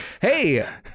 hey